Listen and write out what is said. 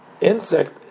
insect